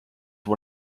one